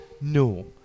No